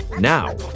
Now